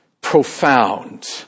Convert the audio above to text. profound